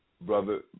Brother